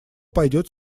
пойдет